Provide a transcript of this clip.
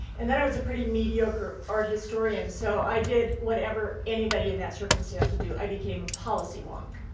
and then i was a pretty mediocre art historian, so i did whatever anybody in that circumstance would do. i became a policy wonk.